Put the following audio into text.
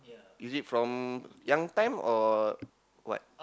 is it from young time or what